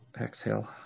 exhale